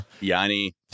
Yanni